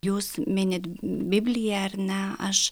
jūs minit bibliją ar ne aš